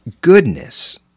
goodness